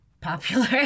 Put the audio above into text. popular